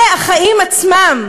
אלה החיים עצמם.